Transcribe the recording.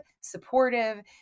supportive